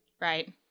Right